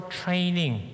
training